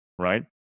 Right